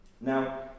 Now